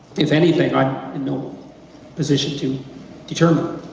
if anything, i'm in no position to determine.